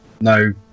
No